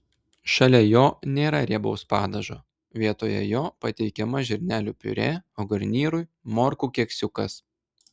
šalia jo nėra riebaus padažo vietoje jo pateikiama žirnelių piurė o garnyrui morkų keksiukas